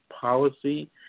policy